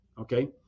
Okay